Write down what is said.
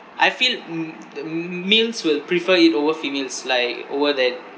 I feel m~ m~ males will prefer it over females like over that